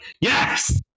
yes